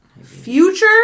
Future